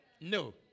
No